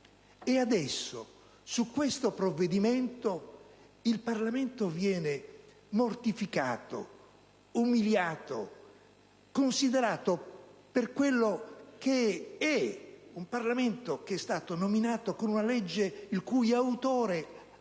Adesso su questo provvedimento il Parlamento viene mortificato, umiliato e considerato per quello che è: un Parlamento che è stato nominato con una legge che lo stesso autore ha